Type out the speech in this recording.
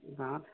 গাঁৱত